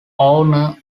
owner